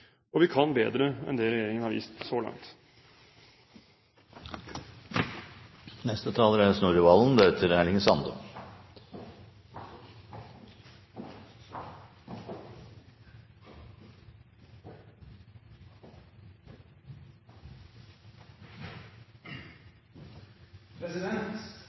Og vi kan bedre enn det regjeringen har vist så